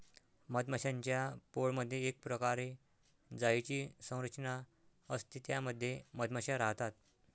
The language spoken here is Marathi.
मधमाश्यांच्या पोळमधे एक प्रकारे जाळीची संरचना असते त्या मध्ये मधमाशा राहतात